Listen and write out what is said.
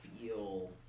feel